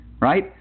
right